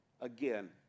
again